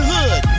Hood